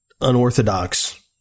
unorthodox